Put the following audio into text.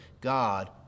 God